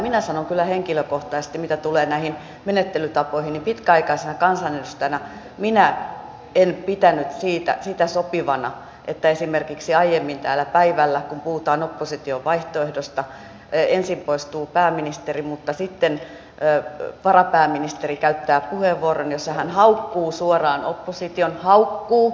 minä sanon kyllä henkilökohtaisesti mitä tulee näihin menettelytapoihin että pitkäaikaisena kansanedustajana minä en pitänyt sitä sopivana että esimerkiksi kun täällä aiemmin päivällä puhutaan opposition vaihtoehdosta ensin poistuu pääministeri mutta sitten varapääministeri käyttää puheenvuoron jossa hän haukkuu suoraan opposition haukkuu